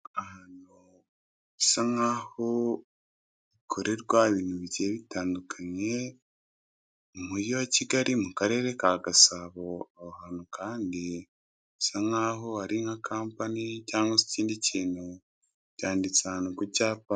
Ahantu bisa nkaho hakorerwa ibintu bigiye bitandukaniye mu mujyi wa Kigali mu karere ka Gasabo. Aho hantu kandi bisa nk' ho ari nka kampani cyangwa se ikindi kintu byanditse ahantu ku cyapa.